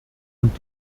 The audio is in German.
und